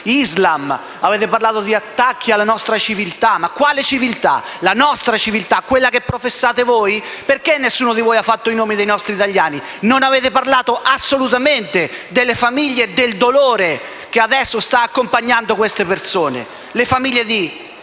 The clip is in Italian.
Islam, di attacchi alla nostra civiltà. Ma quale civiltà? La nostra civiltà intesa come quella che professate voi? Perché nessuno di voi ha fatto i nomi dei nostri italiani? Non avete parlato assolutamente delle famiglie e del dolore che adesso sta accompagnando queste persone: le famiglie di